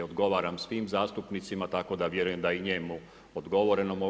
Odgovaram svim zastupnicima, tako da vjerujem da je i njemu odgovoreno.